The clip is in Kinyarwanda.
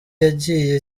yagiye